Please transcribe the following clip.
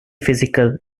physical